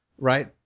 right